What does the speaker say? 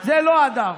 זה לא הדר.